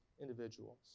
individuals